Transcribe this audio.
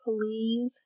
Please